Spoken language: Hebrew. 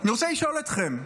אני רוצה לשאול אתכם,